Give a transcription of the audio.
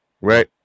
Right